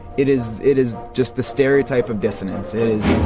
it is it is just the stereotype of dissonance, it